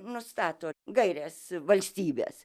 nustato gaires valstybės